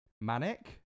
Manic